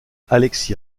alexis